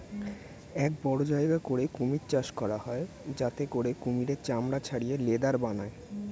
এক বড় জায়গা করে কুমির চাষ করা হয় যাতে করে কুমিরের চামড়া ছাড়িয়ে লেদার বানায়